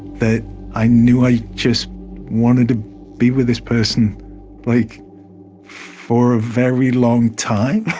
that i knew i just wanted to be with this person like for a very long time.